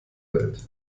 welt